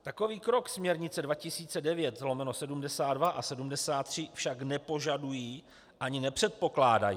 Takový krok směrnice 2009/72 a 73 však nepožadují ani nepředpokládají.